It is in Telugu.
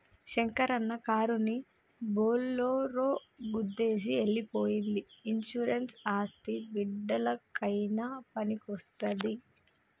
శంకరన్న కారుని బోలోరో గుద్దేసి ఎల్లి పోయ్యింది ఇన్సూరెన్స్ అస్తే బిడ్డలకయినా పనికొస్తాది